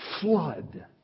flood